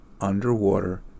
Underwater